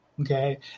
okay